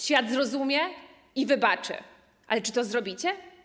Świat zrozumie i wybaczy, ale czy to zrobicie?